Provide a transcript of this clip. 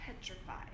petrified